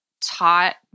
taught